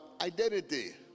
identity